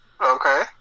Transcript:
Okay